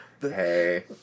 hey